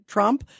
Trump –